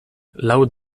lau